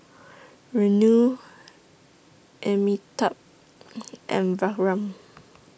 Renu Amitabh and Vikram